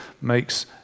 makes